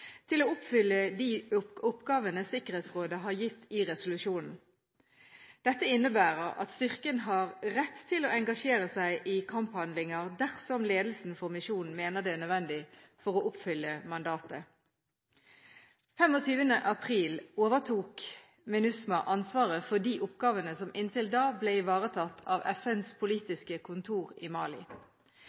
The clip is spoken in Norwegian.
til å oppfylle de oppgavene Sikkerhetsrådet har gitt i resolusjonen. Dette innebærer at styrken har rett til å engasjere seg i kamphandlinger dersom ledelsen for misjonen mener det er nødvendig for å oppfylle mandatet. 25. april overtok MINUSMA ansvaret for de oppgavene som inntil da ble ivaretatt av FNs politiske kontor i Mali.